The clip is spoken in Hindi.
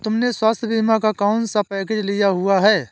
तुमने स्वास्थ्य बीमा का कौन सा पैकेज लिया हुआ है?